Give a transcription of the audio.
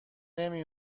نمی